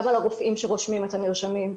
גם על הרופאים שרושמים את המרשמים,